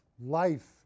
life